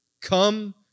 come